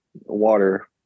water